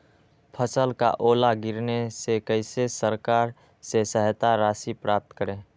फसल का ओला गिरने से कैसे सरकार से सहायता राशि प्राप्त करें?